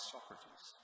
Socrates